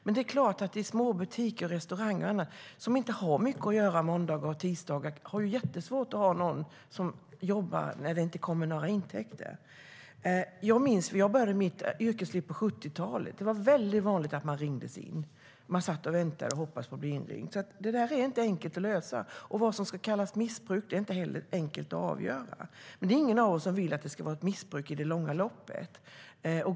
Men i småbutiker, restauranger och annat där det inte är så mycket att göra måndagar och tisdagar är det jättesvårt att ha någon som jobbar när det inte kommer några intäkter. Vad som ska kallas missbruk är inte heller enkelt att avgöra. Det är ingen av oss som vill att det ska vara ett missbruk i det långa loppet.